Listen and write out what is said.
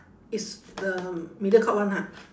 it's the mediacorp one ha